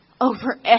over